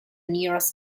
nearest